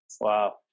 Wow